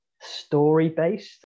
story-based